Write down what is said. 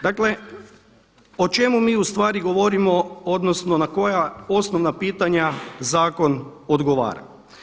Dakle o čemu mi ustvari govorimo, odnosno na koja osnovna pitanja zakon odgovara.